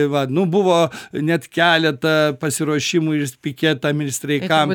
va nu buvo net keleta pasiruošimų ir piketam ir streikam